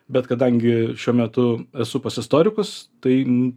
bet kadangi šiuo metu esu pas istorikus tai